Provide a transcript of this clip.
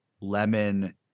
lemon